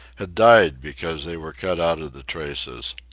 had died because they were cut out of the traces.